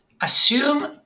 assume